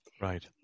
Right